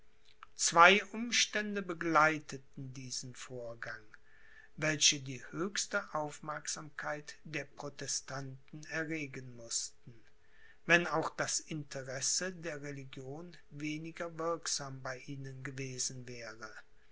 zwei umstände begleiteten diesen vorgang welche die höchste aufmerksamkeit der protestanten erregen mußten wenn auch das interesse der religion weniger wirksam bei ihnen gewesen wäre